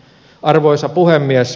arvoisa puhemies